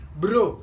bro